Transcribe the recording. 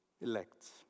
elects